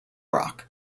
rock